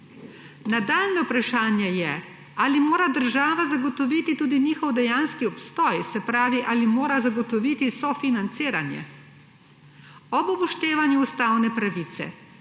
Nadaljnje vprašanje je, ali mora država zagotoviti tudi njihov dejanski obstoj, se pravi, ali mora zagotoviti sofinanciranje. Ob upoštevanju ustavne pravice,